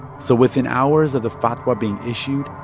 so within hours of the fatwa being issued,